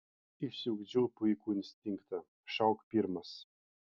išsiugdžiau puikų instinktą šauk pirmas